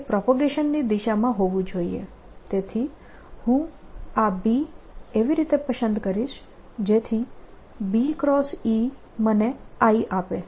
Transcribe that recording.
તેથી હું આ B એ એવી રીતે પસંદ કરીશ જેથી BE મને i આપે